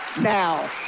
now